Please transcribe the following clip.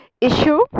issue